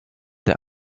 der